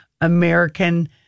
American